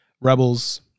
Rebels